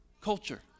culture